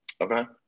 Okay